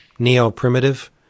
neo-primitive